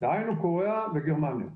דהיינו קוריאה וגרמניה.